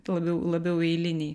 labiau labiau eiliniai